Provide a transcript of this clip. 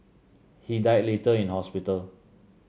he died later in hospital